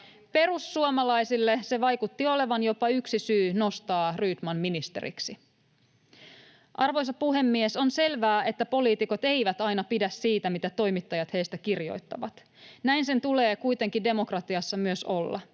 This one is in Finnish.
Perussuomalaisille se vaikutti olevan jopa yksi syy nostaa Rydman ministeriksi. Arvoisa puhemies! On selvää, että poliitikot eivät aina pidä siitä, mitä toimittajat heistä kirjoittavat. Näin sen tulee kuitenkin demokratiassa myös olla.